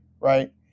right